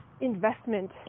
investment